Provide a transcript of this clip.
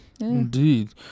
Indeed